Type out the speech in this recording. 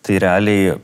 tai realiai